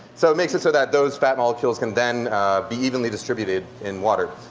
so it makes it so that those fat molecules can then be evenly distributed in water.